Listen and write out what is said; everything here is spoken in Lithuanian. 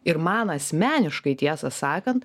ir man asmeniškai tiesą sakant